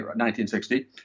1960